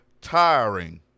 tiring